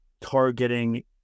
targeting